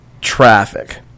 Traffic